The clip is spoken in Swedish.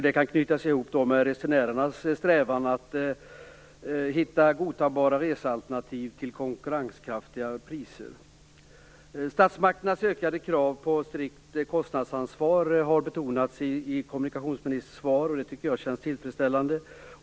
Det kan knytas ihop med resenärernas strävan att hitta godtagbara resealternativ till konkurrenskraftiga priser. Statsmakternas ökade krav på strikt kostnadsansvar har betonats i kommunikationsministerns svar. Det tycker jag känns tillfredsställande.